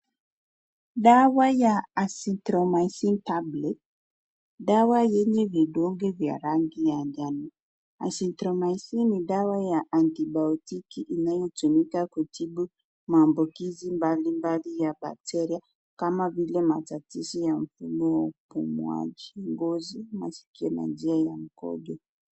Dawa ya azithromycin tablet . Dawa yenye vidonge vya rangi ya njano. Azithromycin ni dawa ya antibiotiki inayotumika kutibu maambukizi mbalimbali ya bakteria kama vile matatizo ya mfumo wa upumuaji, ngozi, masikio na njia ya mkojo.